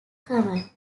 common